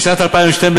חצי.